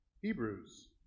Hebrews